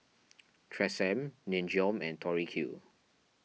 Tresemme Nin Jiom and Tori Q